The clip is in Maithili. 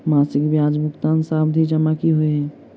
मासिक ब्याज भुगतान सावधि जमा की होइ है?